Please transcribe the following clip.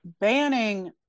banning